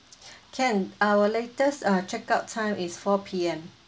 can our latest uh check out time is four P_M